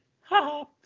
ha